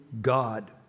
God